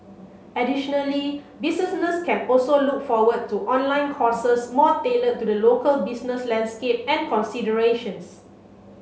additionally businesses can also look forward to online courses more tailored to the local business landscape and considerations